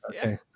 Okay